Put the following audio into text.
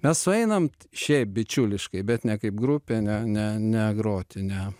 mes sueinam šiaip bičiuliškai bet ne kaip grupė ne ne ne groti ne